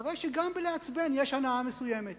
הרי גם בלעצבן יש הנאה מסוימת.